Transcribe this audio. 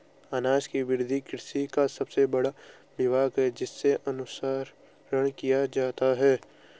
अनाज की वृद्धि कृषि का सबसे बड़ा विभाग है जिसका अनुसरण किया जाता है